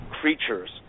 creatures